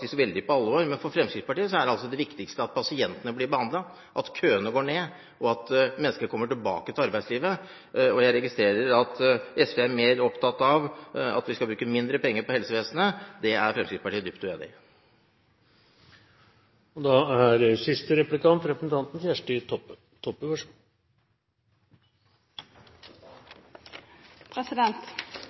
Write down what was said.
så vi tar faktisk dette veldig på alvor. Men for Fremskrittspartiet er det viktigste at pasientene blir behandlet, at køene går ned, og at mennesker kommer tilbake til arbeidslivet. Jeg registrerer at SV er mer opptatt av at vi skal bruke mindre penger på helsevesenet. Det er Fremskrittspartiet dypt uenig i. Eg registrerer at Framstegspartiet er oppteke av helsekøar, men ikkje så